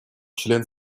член